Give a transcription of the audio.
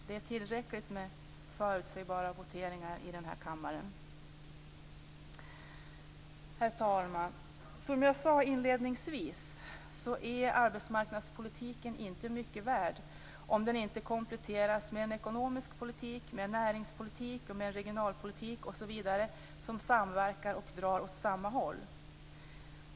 Det är redan tillräckligt med förutsebara voteringar i denna kammare. Herr talman! Som jag sade inledningsvis är arbetsmarknadspolitiken inte mycket värd om den inte kompletteras med en ekonomisk politik, med näringspolitik, med regionalpolitik osv. som samverkar och drar åt samma håll.